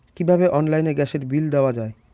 কিভাবে অনলাইনে গ্যাসের বিল দেওয়া যায়?